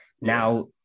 now